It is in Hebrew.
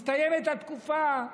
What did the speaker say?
מסתיימת התקופה,